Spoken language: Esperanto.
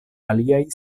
aliaj